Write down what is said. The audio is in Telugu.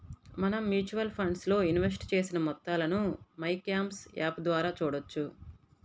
మనం మ్యూచువల్ ఫండ్స్ లో ఇన్వెస్ట్ చేసిన మొత్తాలను మైక్యామ్స్ యాప్ ద్వారా చూడవచ్చు